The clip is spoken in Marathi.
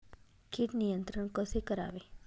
कीड नियंत्रण कसे करावे?